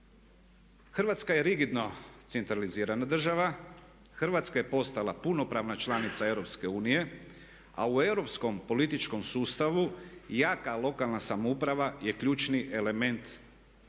Hrvatska je rigidno centralizirana država. Hrvatska je postala punopravna članica EU a u europskom političkom sustavu jaka lokalna samouprava je ključni element razvoja.